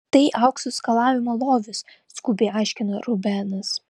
tai aukso skalavimo lovys skubiai aiškino rubenas